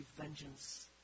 vengeance